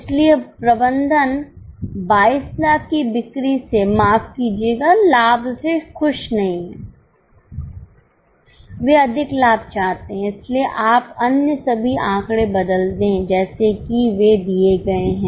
इसलिए प्रबंधन 2200000 की बिक्री से माफ कीजिएगा लाभ से खुश नहीं है वे अधिक लाभ चाहते हैं इसलिए आप अन्य सभी आंकड़े बदल दें जैसे कि वे दिए गए हैं